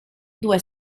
due